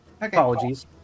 Apologies